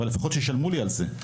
אבל לפחות שישלמו לי על זה,